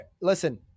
Listen